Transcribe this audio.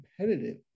competitive